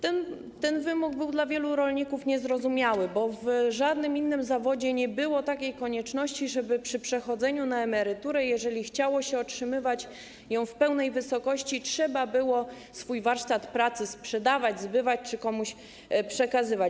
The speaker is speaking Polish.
Ten wymóg był dla wielu rolników niezrozumiały, bo w żadnym innym zawodzie nie było takiej konieczności, żeby przy przechodzeniu na emeryturę, jeżeli chciało się otrzymywać ją w pełnej wysokości, trzeba było swój warsztat pracy sprzedawać, zbywać czy komuś przekazywać.